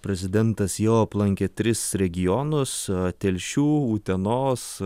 prezidentas jau aplankė tris regionus telšių utenos